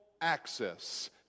access